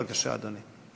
בבקשה, אדוני.